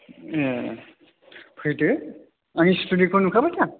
ए फैदो आंनि स्टुडिय'खौ नुखाबाय दा